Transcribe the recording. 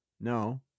No